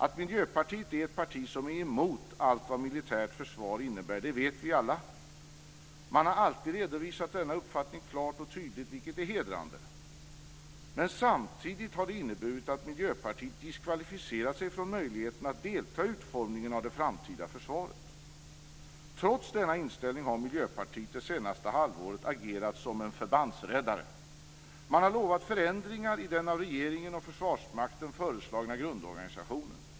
Att Miljöpartiet är ett parti som är emot allt vad militärt försvar innebär vet vi alla. Man har alltid redovisat denna uppfattning klart och tydligt, vilket är hedrande. Men det har samtidigt inneburit att Miljöpartiet diskvalificerat sig från möjligheten att delta i utformningen av det framtida försvaret. Trots denna inställning har Miljöpartiet det senaste halvåret agerat som förbandsräddare. Man har lovat förändringar i den av regeringen och Försvarsmakten föreslagna grundorganisationen.